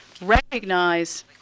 recognize